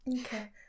Okay